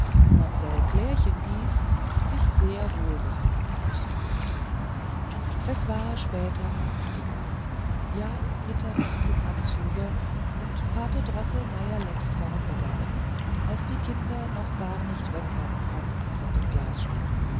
mamsell klärchen hieß sich sehr wohl befinden mußte es war später abend geworden ja mitternacht im anzuge und pate droßelmeier längst fortgegangen als die kinder noch gar nicht wegkommen konnten von dem glasschrank